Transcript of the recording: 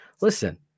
listen